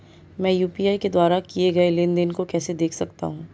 मैं यू.पी.आई के द्वारा किए गए लेनदेन को कैसे देख सकता हूं?